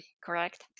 correct